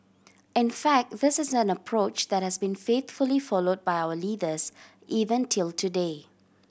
in fact this is an approach that has been faithfully followed by our leaders even till today